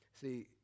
See